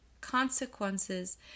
consequences